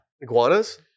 Iguanas